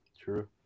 True